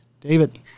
David